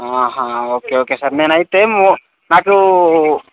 okay okay sir నేను అయితే ము నాకు